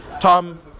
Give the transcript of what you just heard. Tom